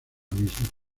misma